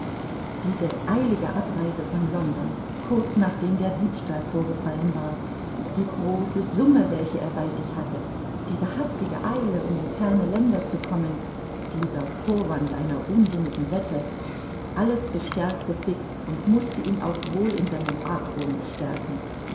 diese eilige abreise von london kurz nachdem der diebstahl vorgefallen war die große summe welche er bei sich hatte diese hastige eile um in ferne länder zu kommen dieser vorwand einer unsinnigen wette alles bestärkte fix und mußte ihn auch wohl in seinem argwohn bestärken